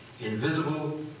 Invisible